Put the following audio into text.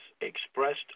expressed